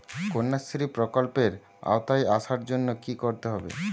কন্যাশ্রী প্রকল্পের আওতায় আসার জন্য কী করতে হবে?